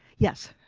yes.